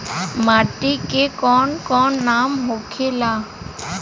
माटी के कौन कौन नाम होखे ला?